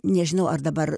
nežinau ar dabar